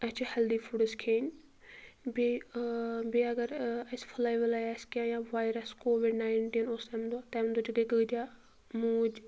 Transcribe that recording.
اَسہِ چھِ healthy foods کھیٚنۍ بیٚیہِ بیٚیہِ اگر اَسہِ فٕلَے وٕلَے اَسہِ کینٛہہ یا وایرَس کووِڑ نایِنٹیٖن اوس تَمہِ دۄہ تَمہِ دۄہ تہِ گٔیے کۭتیاہ موٗدۍ